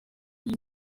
iyi